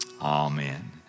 Amen